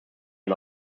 man